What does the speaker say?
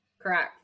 Correct